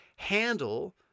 handle